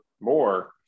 more